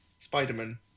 Spider-Man